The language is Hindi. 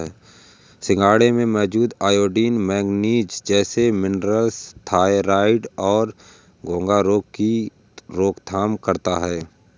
सिंघाड़े में मौजूद आयोडीन, मैग्नीज जैसे मिनरल्स थायरॉइड और घेंघा रोग की रोकथाम करता है